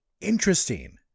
interesting